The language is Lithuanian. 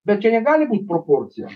bet čia negali būt proporcijų